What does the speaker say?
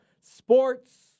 sports